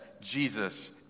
Jesus